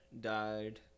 died